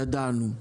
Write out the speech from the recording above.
שידענו.